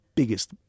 biggest